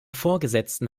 vorgesetzten